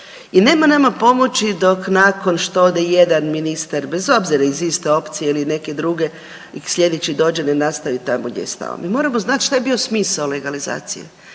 I nema nama pomoći dok nakon što ode jedan ministar bez obzira iz iste opcije ili neke druge, sljedeći dođe ne nastavi tamo gdje je stao. Mi moramo znati šta je bio smisao legalizacije.